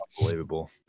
Unbelievable